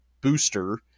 booster